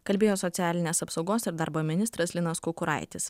kalbėjo socialinės apsaugos ir darbo ministras linas kukuraitis